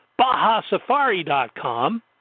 BajaSafari.com